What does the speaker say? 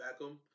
Beckham